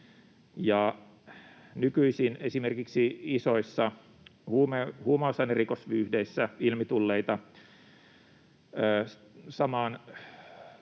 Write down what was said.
Nykyisin esimerkiksi isoissa huumausainerikosvyyhdeissä ilmi tulleita, samaan